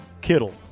Kittle